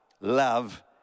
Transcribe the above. Love